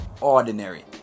ordinary